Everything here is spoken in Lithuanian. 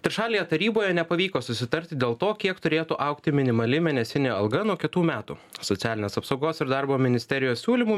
trišalėje taryboje nepavyko susitarti dėl to kiek turėtų augti minimali mėnesinė alga nuo kitų metų socialinės apsaugos ir darbo ministerijos siūlymu